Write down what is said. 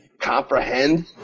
comprehend